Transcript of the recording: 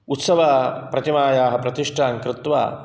उत्सवप्रतिमायाः प्रतिष्ठां कृत्वा